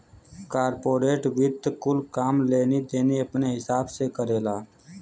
corporate वित्त कुल काम लेनी देनी अपने हिसाब से करेला